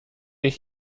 ich